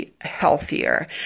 healthier